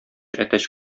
әтәч